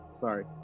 sorry